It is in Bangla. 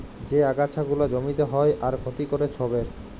যে আগাছা গুলা জমিতে হ্যয় আর ক্ষতি ক্যরে ছবের